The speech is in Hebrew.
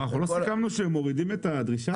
אבל לא סיכמנו שמורידים את הדרישה הזאת?